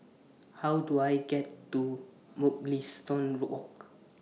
How Do I get to Mugliston Walk